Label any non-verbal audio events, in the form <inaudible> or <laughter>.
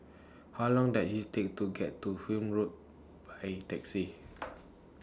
How Long Does IT Take to get to Welm Road By Taxi <noise>